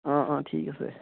অঁ অঁ ঠিক আছে